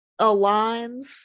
aligns